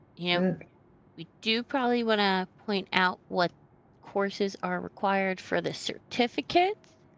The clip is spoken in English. and we do probably wanna point out what courses are required for the certificates,